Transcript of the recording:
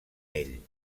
ell